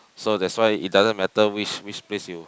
so that's why it doesn't matter which which place you